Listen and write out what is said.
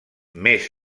més